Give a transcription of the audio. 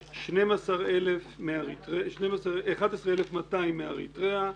יש שני 11,200 מאריתריאה,